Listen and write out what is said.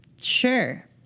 Sure